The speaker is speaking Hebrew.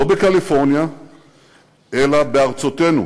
לא בקליפורניה אלא בארצותינו,